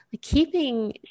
keeping